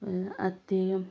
आतां तेये